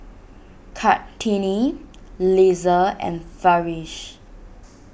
Kartini Lisa and Farish